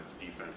defense